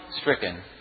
stricken